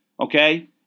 okay